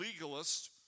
legalists